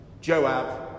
Joab